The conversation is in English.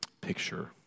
picture